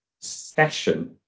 session